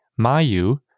Mayu